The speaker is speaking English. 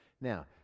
Now